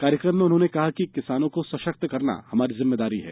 कार्यक्रम में उन्होंने कहा कि किसानों को सशक्त करना हमारी जिम्मेदारी है